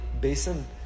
basin